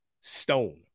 Stone